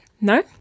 No